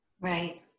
Right